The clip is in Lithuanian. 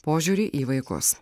požiūrį į vaikus